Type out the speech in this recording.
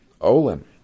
Olin